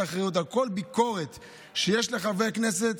האחריות על כל ביקורת שיש לחברי הכנסת.